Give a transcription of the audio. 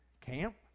camp